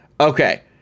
Okay